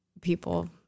people